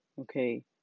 Okay